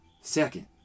Second